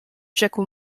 rzekł